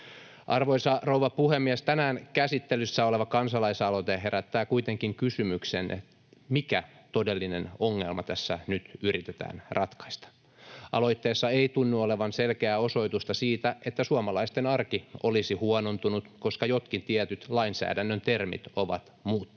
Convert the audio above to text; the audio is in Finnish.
Arvoisa rouva puhemies! Tänään käsittelyssä oleva kansalaisaloite herättää kuitenkin kysymyksen, mikä todellinen ongelma tässä nyt yritetään ratkaista. Aloitteessa ei tunnu olevan selkeää osoitusta siitä, että suomalaisten arki olisi huonontunut, koska jotkin tietyt lainsäädännön termit ovat muuttuneet.